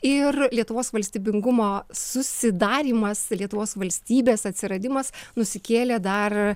ir lietuvos valstybingumo susidarymas lietuvos valstybės atsiradimas nusikėlė dar